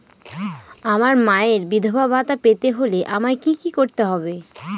আমার মায়ের বিধবা ভাতা পেতে হলে আমায় কি কি করতে হবে?